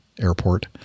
airport